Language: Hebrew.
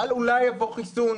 -- שאולי יבוא חיסון,